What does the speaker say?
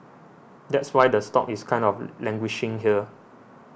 that's why the stock is kind of languishing here